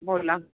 बोला